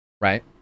Right